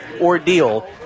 ordeal